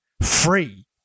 free